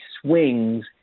swings